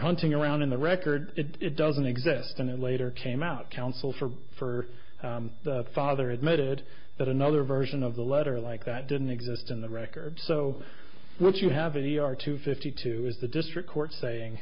hunting around in the record it doesn't exist and it later came out counsel for for the father admitted that another version of the letter like that didn't exist in the records so what you have any are two fifty two is the district court saying